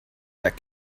that